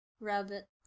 Rabbit